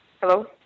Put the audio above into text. Hello